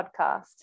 podcast